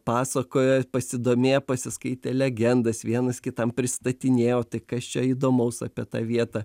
pasakoja pasidomėję pasiskaitę legendas vienas kitam pristatinėjo tai kas čia įdomaus apie tą vietą